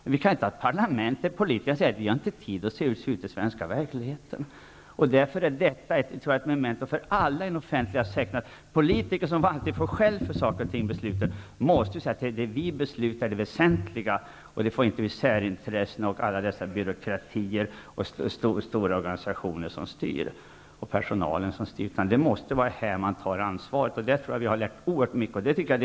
Men vi kan inte ha ett parlament där politikerna inte har tid att se hur det är i den svenska verkligheten. Därför måste alla inom den offentliga sektorn och politiker som får skäll för besluten se till att det de beslutar är det väsentliga. Det får inte bli så att särintressen, byråkrater, stora organisationer och personal får styra. Här måste man ta sitt ansvar. Där har vi lärt oss oerhört mycket i försvarsutskottet.